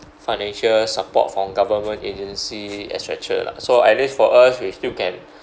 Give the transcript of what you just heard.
financial support from government agency et cetera lah so at least for us we still can